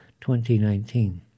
2019